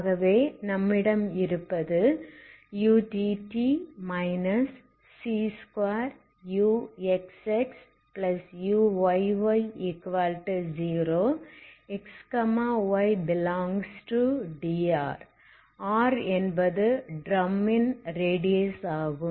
ஆகவே நம்மிடம் இருப்பது utt c2uxxuyy0 xy∈DR R என்பது ட்ரமின் ரேடியஸ் ஆகும்